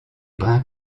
brun